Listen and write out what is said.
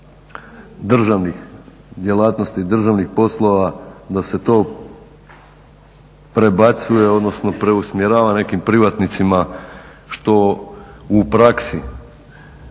državnih djelatnosti, državnih poslova da se to prebacuje odnosno preusmjerava nekim privatnicima što u praksi,